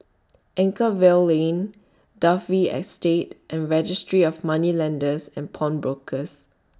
Anchorvale Lane Dalvey Estate and Registry of Moneylenders and Pawnbrokers